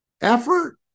Effort